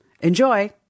Enjoy